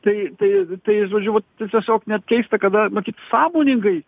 tai tai tai žodžiu vat tai tiesiog net keista kada matyt sąmoningai